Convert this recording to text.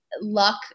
luck